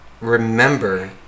remember